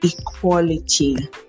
equality